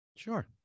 sure